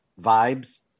Vibes